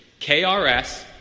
KRS